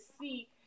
see